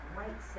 White